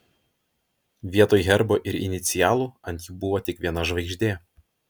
vietoj herbo ir inicialų ant jų buvo tik viena žvaigždė